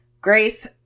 grace